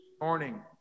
morning